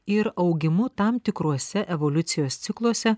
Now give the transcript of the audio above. ir augimu tam tikruose evoliucijos cikluose